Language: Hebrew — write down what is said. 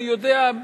אני יודע,